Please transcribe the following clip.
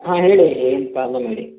ಹಾಂ ಹೇಳಿ ಏನು ಪ್ರಾಬ್ಲಮ್ ಹೇಳಿ